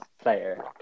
player